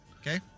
Okay